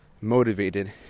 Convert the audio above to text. motivated